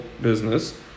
business